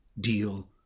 deal